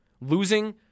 Losing